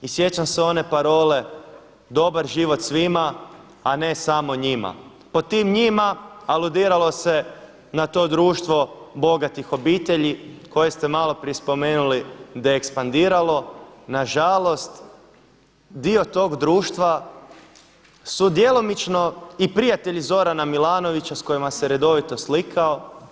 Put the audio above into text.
I sjećam se one parole „Dobar život svima, a ne samo njima.“ Pod tim njima aludiralo se na to društvo bogatih obitelji koje ste maloprije spomenuli da je ekspandiralo, nažalost dio tog društva su djelomično i prijatelji Zorana Milanovića s kojima se redovito slikao.